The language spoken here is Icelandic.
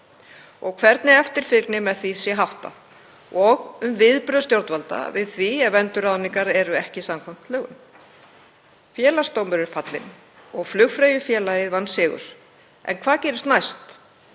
og hvernig eftirfylgni með því sé háttað og um viðbrögð stjórnvalda við því ef endurráðningar eru ekki samkvæmt lögum. Félagsdómur er fallinn og Flugfreyjufélagið vann sigur. En hvað gerist næst?